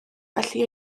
felly